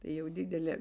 jau didelė